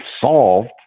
solved